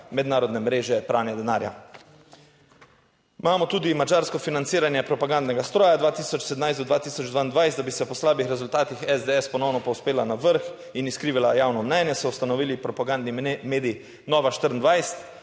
mednarodne mreže pranja denarja. Imamo tudi madžarsko financiranje propagandnega stroja 2017 do 2022, da bi se po slabih rezultatih SDS ponovno povzpela na vrh in skrivala javno mnenje, so ustanovili propagandni medij Nova 24,